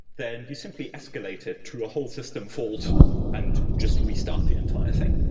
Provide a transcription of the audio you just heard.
then you simply escalated through a whole system fault and just restart the entire thing.